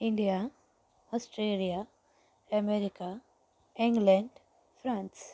India Australia America England France